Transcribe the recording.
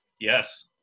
Yes